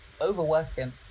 overworking